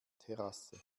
terrasse